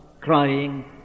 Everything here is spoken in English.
crying